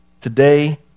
today